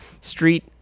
Street